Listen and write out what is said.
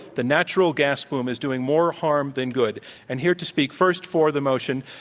the natural gas boom is doing more harm than good and here to speak first for the motion,